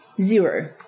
zero